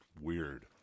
weird